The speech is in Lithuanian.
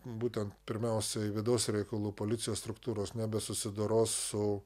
būtent pirmiausiai vidaus reikalų policijos struktūros nebesusidoros su